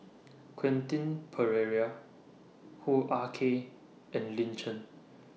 Quentin Pereira Hoo Ah Kay and Lin Chen